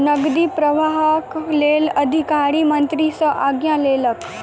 नकदी प्रवाहक लेल अधिकारी मंत्री सॅ आज्ञा लेलक